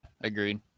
agreed